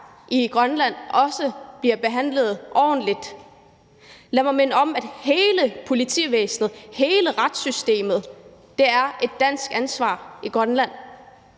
i Grønland, også bliver behandlet ordentligt. Lad mig minde om, at hele politivæsenet og hele retssystemet er et dansk ansvar i Grønland.